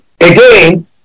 again